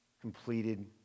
completed